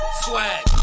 swag